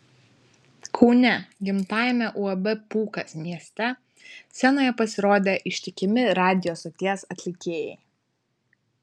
kaune gimtajame uab pūkas mieste scenoje pasirodė ištikimi radijo stoties atlikėjai